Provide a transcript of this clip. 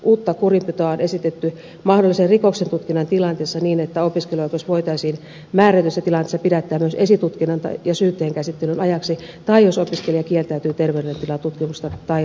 uutta kurinpitoa on esitetty mahdollisen rikoksen tutkinnan tilanteessa niin että opiskeluoikeus voitaisiin määrätyissä tilanteissa pidättää myös esitutkinnan ja syytteen käsittelyn ajaksi tai jos opiskelija kieltäytyy terveydentilan tutkimuksesta tai rikosrekisteriotteen esittämisestä